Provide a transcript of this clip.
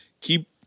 keep